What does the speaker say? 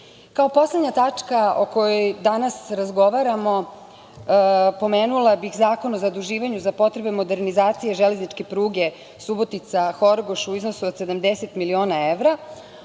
poslednja tačka o kojoj danas razgovaramo pomenula bih Zakon o zaduživanju za potrebe modernizacije železničke pruge Subotica-Horgoš u iznosu od 70 miliona evra.